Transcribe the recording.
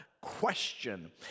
question